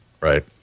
Right